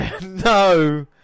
No